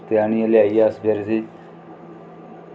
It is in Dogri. ते इसी लेआइ